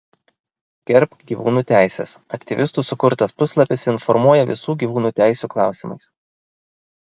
gerbk gyvūnų teises aktyvistų sukurtas puslapis informuoja visų gyvūnų teisių klausimais